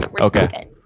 Okay